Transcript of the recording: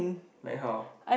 like how